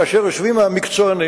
כאשר יושבים המקצוענים,